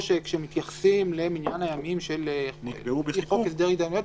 כשמתייחסים למניין הימים לפי חוק הסדר התדיינויות,